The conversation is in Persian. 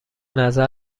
نظر